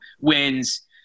wins